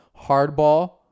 Hardball